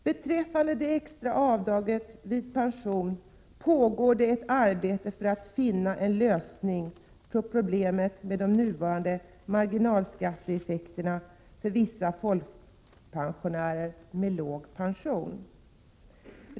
Beträffande det extra avdraget vid pension pågår det ett arbete för att finna en lösning på problemet med de nuvarande marginalskatteeffekterna för vissa folkpensionärer med låg pension.